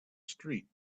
street